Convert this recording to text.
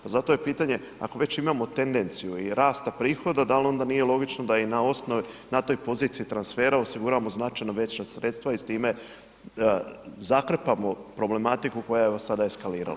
Pa zato je pitanje ako već imamo tendenciju rasta prihoda da li onda nije logično da na toj poziciji transfera osiguramo značajno veća sredstva i s time zakrpamo problematiku koja je sada eskalirala.